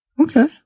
Okay